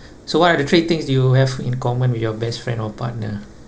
so what are the three things you have in common with your best friend or partner